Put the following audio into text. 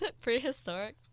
prehistoric